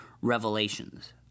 revelations